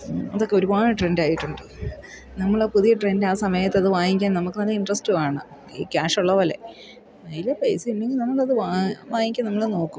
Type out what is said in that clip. ഇതൊക്കെെ ഒരുപാട് ട്രെൻഡായിട്ടുണ്ട് നമ്മളെ പുതിയ ട്രെൻഡ് ആ സമയത്തത് വാങ്ങിക്കാൻ നമുക്ക് നല്ല ഇൻട്രസ്റ്റ് വേണം ഈ ക്യാഷുള്ളതുപോലെ കയ്യിൽ പൈസയുണ്ടെങ്കിൽ നമുക്കത് വാങ്ങിക്കാൻ നമ്മൾ നോക്കും